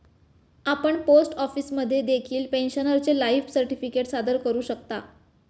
आपण पोस्ट ऑफिसमध्ये देखील पेन्शनरचे लाईफ सर्टिफिकेट सादर करू शकता